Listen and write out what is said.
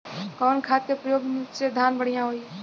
कवन खाद के पयोग से धान बढ़िया होई?